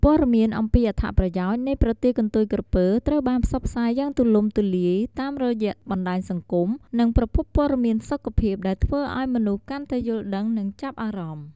ព័ត៌មានអំពីអត្ថប្រយោជន៍នៃប្រទាលកន្ទុយក្រពើត្រូវបានផ្សព្វផ្សាយយ៉ាងទូលំទូលាយតាមរយៈបណ្តាញសង្គម និងប្រភពព័ត៌មានសុខភាព ដែលធ្វើឲ្យមនុស្សកាន់តែយល់ដឹង និងចាប់អារម្មណ៍។